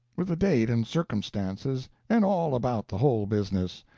with the date and circumstances, and all about the whole business,